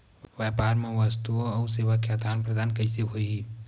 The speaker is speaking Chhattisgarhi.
व्यापार मा वस्तुओ अउ सेवा के आदान प्रदान कइसे होही?